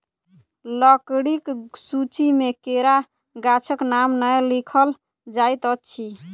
लकड़ीक सूची मे केरा गाछक नाम नै लिखल जाइत अछि